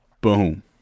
boom